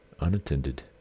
unattended